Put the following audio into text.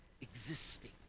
existing